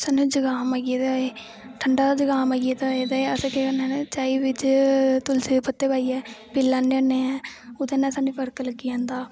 साह्नू जुखाम होई गेदा होऐ ठंडा जुकाम होई गेदा होऐ ते अस केह् करने होन्ने चाई बिच्च तुलसी दे पत्ते पाईयै पी लैन्ने होन्ने ऐं ओह्दै नै साह्नू फर्क लग्गी जंदा